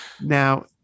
now